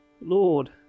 Lord